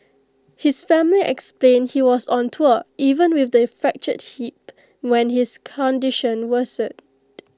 his family explained he was on tour even with the fractured hip when his condition worsened